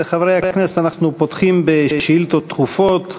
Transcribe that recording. חברי הכנסת, אנחנו פותחים בשאילתות דחופות.